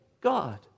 God